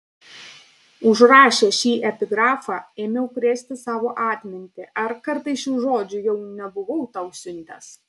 užrašęs šį epigrafą ėmiau krėsti savo atmintį ar kartais šių žodžių jau nebuvau tau siuntęs